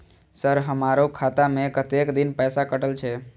Sir हमारो खाता में कतेक दिन पैसा कटल छे?